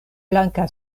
blanka